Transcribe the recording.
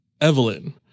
Evelyn